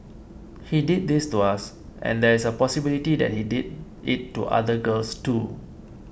he did this to us and there is a possibility that he did it to other girls too